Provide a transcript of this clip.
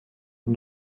und